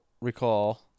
recall